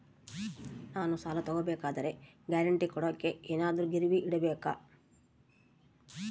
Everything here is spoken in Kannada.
ನಾನು ಸಾಲ ತಗೋಬೇಕಾದರೆ ಗ್ಯಾರಂಟಿ ಕೊಡೋಕೆ ಏನಾದ್ರೂ ಗಿರಿವಿ ಇಡಬೇಕಾ?